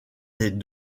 des